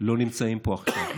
לא נמצאים פה עכשיו.